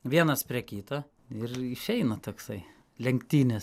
vienas prie kita ir išeina toksai lenktynės